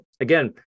again